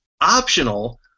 optional